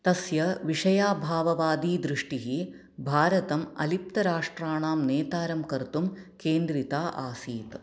तस्य विषयाभाववादिदृष्टिः भारतम् अलिप्तराष्ट्राणां नेतारं कर्तुं केन्द्रिता आसीत्